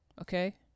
okay